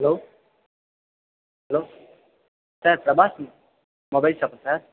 hello hello sir Prabhas mobile ஷாப்பா sir